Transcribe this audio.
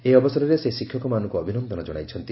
ଏହି ଅବସରରେ ସେ ଶିକ୍ଷକମାନଙ୍କ ଅଭିନନ୍ଦନ ଜଣାଇଛନ୍ତି